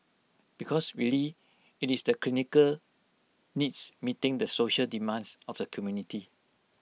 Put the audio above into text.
because really IT is the clinical needs meeting the social demands of the community